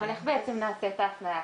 איך בעצם נעשית ההפניה?